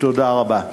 תודה רבה.